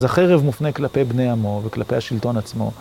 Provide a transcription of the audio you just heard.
זה חרב מופנה כלפי בני עמו וכלפי השלטון עצמו.